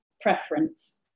preference